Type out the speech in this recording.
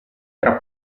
tra